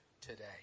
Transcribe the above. today